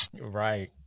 Right